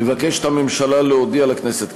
מבקשת הממשלה להודיע לכנסת,